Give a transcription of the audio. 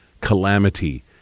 calamity